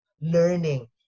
learning